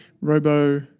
Robo